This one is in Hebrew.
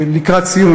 לקראת סיום,